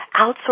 outsource